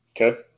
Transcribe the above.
Okay